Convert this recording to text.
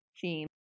theme